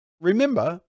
Remember